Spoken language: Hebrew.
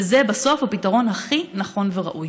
וזה בסוף הפתרון הכי נכון וראוי.